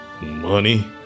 money